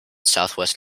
southwest